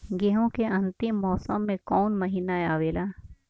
गेहूँ के अंतिम मौसम में कऊन महिना आवेला?